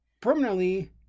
permanently